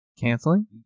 Canceling